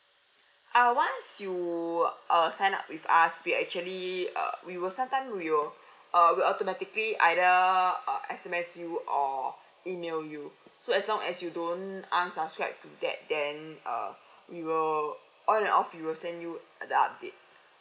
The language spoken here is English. uh once you err signed up with us we actually uh we will sometime we will uh automatically either err S_M_S you or email you so as long as you don't unsubscribe to that then uh we will on and off we will send you the the updates